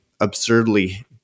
absurdly